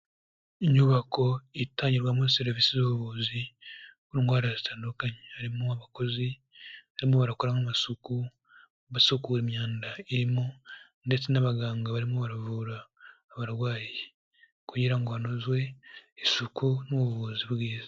Inyubako itangirwamo serivisi z'ubuzi ku ndwara zitandukanye, harimo abakozi barimo barakoramo amasuku, basukura imyanda irimo ndetse n'abaganga barimo baravura abarwayi kugira ngo hanozwe isuku n'ubuvuzi bwiza.